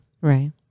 Right